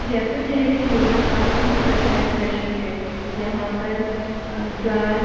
जयपुर जिले के लोगों का प्रमुख व्यवसाय कृषि है यहाँ पर ज्वार